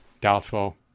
doubtful